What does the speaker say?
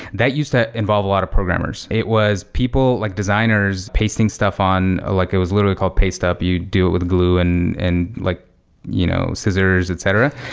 that used to involve a lot of programmers. it was people, like designers pasting stuff on ah like it was literally called paste up. you do it with glue and and like you know scissors, etc.